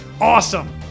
awesome